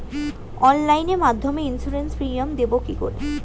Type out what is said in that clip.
অনলাইনে মধ্যে insurance premium দেবো কি করে?